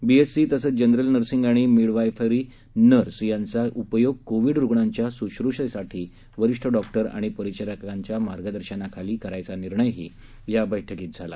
BSc तसंच general nursing आणि midwifery nurse यांचा उपयोग कोविड रुग्णांच्या स्श्रषेसाठी वरिष्ठ डॉक्टर आणि परिचारिकांच्या मार्गदर्शनाखाली करायचा निर्णयही या बैठकीत झाला